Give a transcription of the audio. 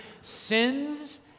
sins